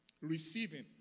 Receiving